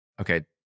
Okay